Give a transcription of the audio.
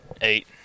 Eight